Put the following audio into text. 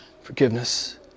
forgiveness